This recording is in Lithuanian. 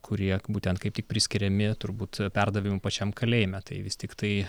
kurie būtent kaip tik priskiriami turbūt perdavimui pačiam kalėjime tai vis tiktai